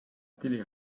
télé